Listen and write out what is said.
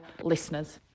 listeners